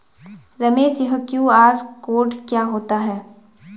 रमेश यह QR code क्या होता है?